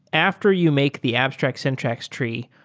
after you make the abstract syntax tree,